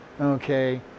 okay